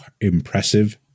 impressive